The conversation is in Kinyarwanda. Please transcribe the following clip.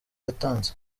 yatanze